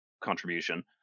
contribution